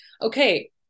okay